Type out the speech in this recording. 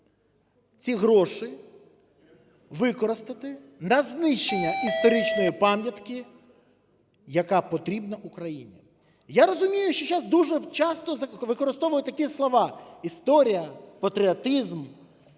ці гроші використати на знищення історичної пам'ятки, яка потрібна Україні. Я розумію, що зараз дуже вчасно використовують такі слова: "історія", "патріотизм".